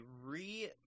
re